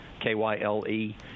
K-Y-L-E